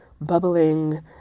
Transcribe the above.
bubbling